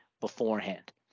beforehand